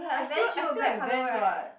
I still I still have Vans what